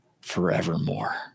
forevermore